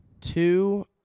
Two